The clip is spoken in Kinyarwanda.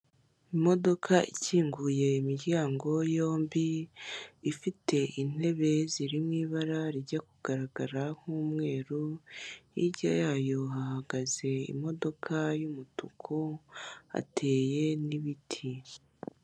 Imodoka ikinguye imiryango yombi ifite intebe ziri mu ibara rijya kugaragara nk'umweru, hirya yayo hahagaze imodoka y'umutuku, hateye n'ibiti.